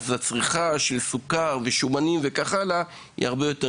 אז צריכה של סוכר וכן הלאה היא גדולה בהרבה.